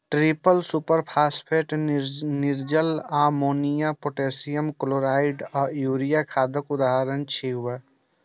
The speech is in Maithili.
ट्रिपल सुपरफास्फेट, निर्जल अमोनियो, पोटेशियम क्लोराइड आ यूरिया खादक उदाहरण छियै